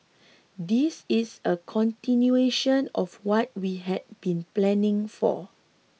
this is a continuation of what we had been planning for